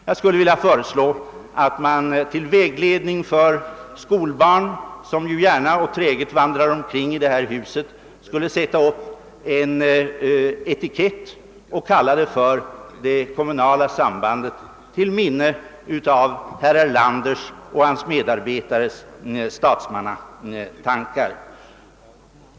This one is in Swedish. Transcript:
Jag skulle vilja föreslå att man till vägledning för de många skolbarn, som ju gärna och träget vandrar omkring i det här huset, satte upp en etikett på skulpturen och kalladen den för det kommunala sambandet, till minne av herr Erlanders och hans medarbetares statsmannatankar!